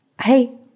hey